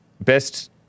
best